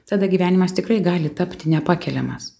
tada gyvenimas tikrai gali tapti nepakeliamas